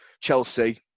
Chelsea